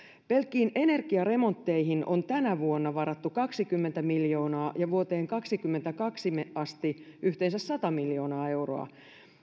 pelkkiin energiaremontteihin on tänä vuonna varattu kaksikymmentä miljoonaa ja vuoteen kaksikymmentäkaksi asti yhteensä sata miljoonaa euroa